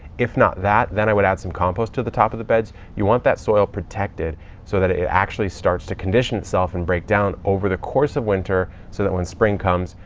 if not that, then i would add some compost to the top of the beds. you want that soil protected so that it actually starts to condition itself and break down over the course of winter so that when spring comes,